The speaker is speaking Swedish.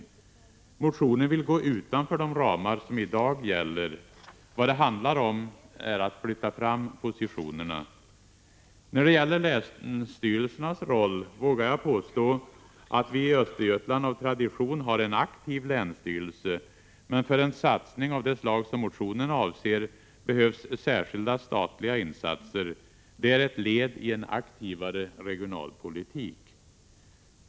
Motionen går utöver de ramar som i dag gäller. Vad det handlar om är att flytta fram positionerna. När det gäller länsstyrelsernas roll vågar jag påstå att vi i Östergötland av tradition har en aktiv länsstyrelse, men för en satsning av det slag som motionen avser behövs särskilda statliga insatser. Det är ett led i en aktivare regionalpolitik.